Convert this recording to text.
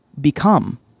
become